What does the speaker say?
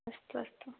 अस्तु अस्तु